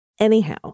Anyhow